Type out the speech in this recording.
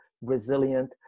resilient